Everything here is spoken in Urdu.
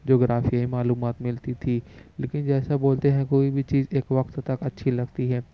جغرافیائی معلومات ملتی تھی لیکن جیسا بولتے ہیں کوئی بھی چیز ایک وقت تک اچھی لگتی ہے